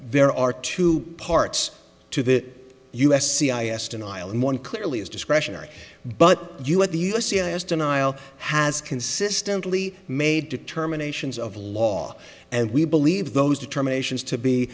there are two parts to the u s c i s denial and one clearly is discretionary but you let the u s c s denial has consistently made determinations of law and we believe those determinations to be